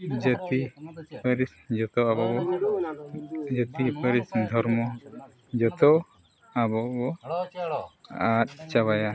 ᱡᱟᱹᱛᱤ ᱯᱟᱹᱨᱤᱥ ᱡᱚᱛᱚ ᱟᱵᱚ ᱵᱚ ᱡᱟᱹᱛᱤ ᱯᱟᱹᱨᱥᱤ ᱫᱷᱚᱨᱢᱚ ᱡᱚᱛᱚ ᱟᱵᱚ ᱵᱚ ᱟᱫ ᱪᱟᱵᱟᱭᱟ